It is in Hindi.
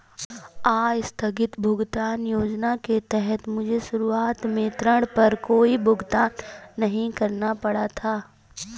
आस्थगित भुगतान योजना के तहत मुझे शुरुआत में ऋण पर कोई भुगतान नहीं करना पड़ा था